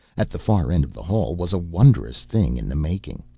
at the far end of the hall was a wonderous thing in the making.